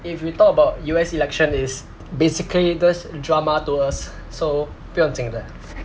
if we talk about U_S elections is basically that's drama to us so 不要紧